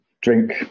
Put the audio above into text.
drink